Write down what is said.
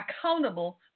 accountable